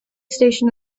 station